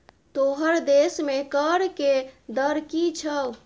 तोहर देशमे कर के दर की छौ?